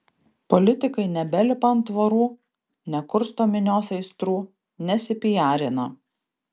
politikai nebelipa ant tvorų nekursto minios aistrų nesipiarina